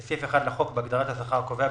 בסעיף 1 לחוק בהגדרת השכר הקובע,